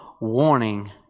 warning